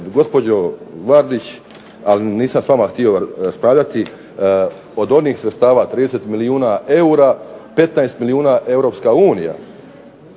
gospođo Vardić, ali nisam s vama htio raspravljati, od onih sredstava 30 milijuna eura, 15 milijuna